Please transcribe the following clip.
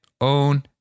own